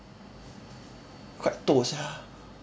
quite toh sia